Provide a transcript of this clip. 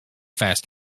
fast